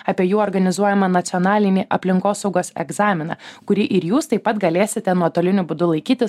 apie jų organizuojamą nacionalinį aplinkosaugos egzaminą kurį ir jūs taip pat galėsite nuotoliniu būdu laikyti